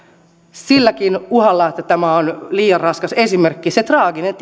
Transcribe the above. silläkin uhalla että tämä on liian raskas esimerkki siinä traagisessa